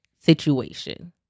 situation